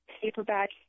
paperback